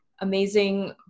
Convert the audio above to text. amazing